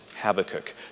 Habakkuk